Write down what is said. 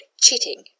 cheating